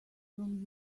from